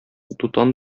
дутан